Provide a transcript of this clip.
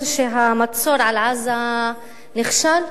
שבאמצעותה הוא השיב על נושאים שונים